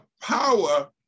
power